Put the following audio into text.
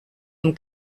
amb